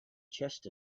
chest